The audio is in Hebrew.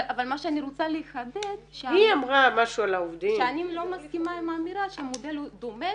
אבל מה שאני רוצה לחדד שאני לא מסכימה עם האמירה שהמודל הוא דומה.